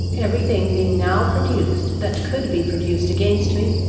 every thing being now produced that could be produced against me,